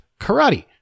karate